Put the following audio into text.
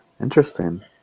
Interesting